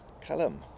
Callum